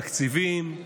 תקציבים,